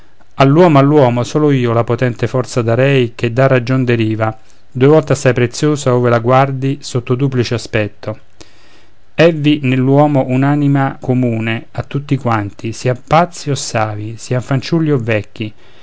all'uomo all'uomo solo io la potente forza darei che da ragion deriva due volte assai preziosa ove la guardi sotto duplice aspetto èvvi nell'uomo un'anima comune a tutti quanti sian pazzi o savi sian fanciulli o vecchi